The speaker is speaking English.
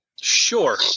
Sure